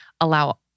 allow